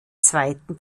zweiten